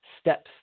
steps